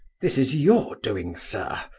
this is your doing, sir!